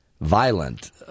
Violent